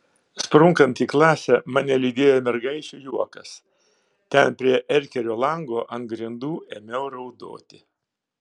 sprunkant į klasę mane lydėjo mergaičių juokas ten prie erkerio lango ant grindų ėmiau raudoti